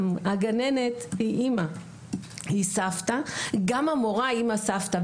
הגננת היא אימא, סבתא, וגם המורה היא אימא וסבתא.